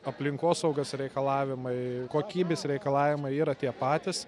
aplinkosaugos reikalavimai kokybės reikalavimai yra tie patys